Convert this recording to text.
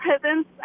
presence